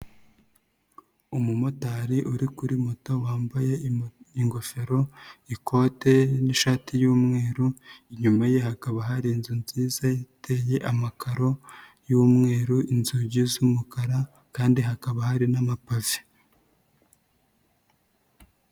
Umumotari uri kuri moto wambaye ingofero, ikote n'ishati y'umweru, inyuma ye hakaba hari inzu nziza yateye amakaro y'umweru, inzugi z'umukara kandi hakaba hari n'amapave.